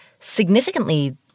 significantly